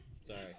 Sorry